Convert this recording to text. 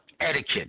etiquette